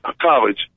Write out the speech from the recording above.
college